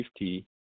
50